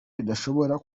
bidashobora